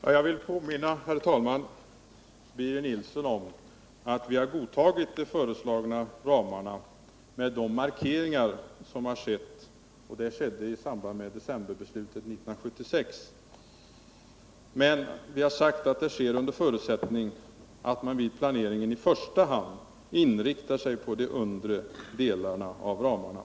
Herr talman! Jag vill påminna Birger Nilsson om att vi har godtagit de föreslagna ramarna med de markeringar som gjorts, och det skedde i samband med beslutet i december 1976. Men vi har sagt att det gäller under förutsättning att man vid planeringen i första hand inriktar sig på de undre delarna av ramarna.